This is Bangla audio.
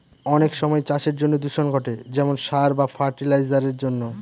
অনেক সময় চাষের জন্য দূষণ ঘটে যেমন সার বা ফার্টি লাইসারের জন্য